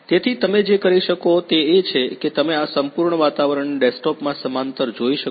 તેથી તમે જે કરી શકો તે એ છે કે તમે આ સંપૂર્ણ વાતાવરણને ડેસ્કટોપ માં સમાંતર જોઈ શકો છો